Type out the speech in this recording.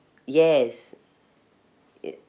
yes it